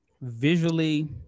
visually